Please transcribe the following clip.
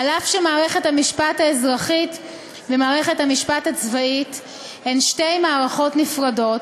אף שמערכת המשפט האזרחית ומערכת המשפט הצבאית הן שתי מערכות נפרדות,